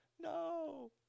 No